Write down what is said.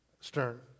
Stern